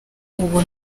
ubu